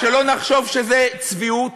שלא נחשוב שזה צביעות?